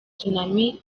tsunami